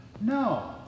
No